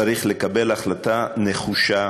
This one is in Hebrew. צריך לקבל החלטה נחושה